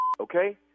okay